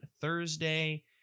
Thursday